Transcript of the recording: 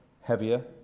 heavier